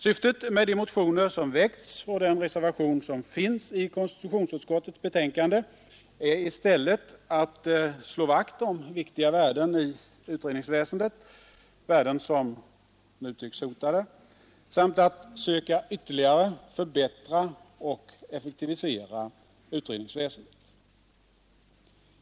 Syftet med de motioner som väckts och den reservation som finns i konstitutionsutskottets betänkande är i stället att slå vakt om viktiga värden i utredningsväsendet, värden som nu tycks hotade samt att söka ytterligare förbättra och effektivisera utredningsväsendet.